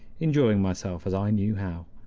enjoying myself as i knew how.